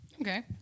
Okay